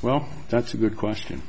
well that's a good question